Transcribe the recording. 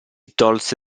tolse